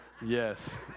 Yes